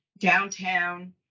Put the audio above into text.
downtown